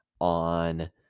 on